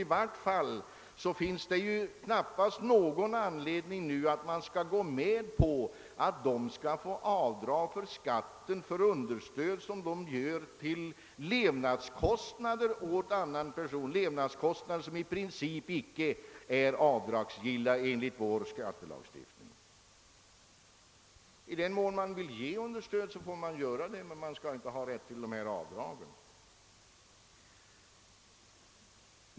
I varje fall finns det knappast någon anledning att nu gå med på att avdrag skall få göras vid beskattningen för understöd som ges till levnadskostnader åt annan person — levnadskostnader är ju i princip inte avdragsgilla enligt vår skattelagstiftning. I den mån man vill ge understöd får man naturligtvis göra det, men man skall inte ha rätt att göra avdrag härför.